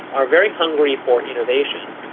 are very hungry for innovation.